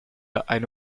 eine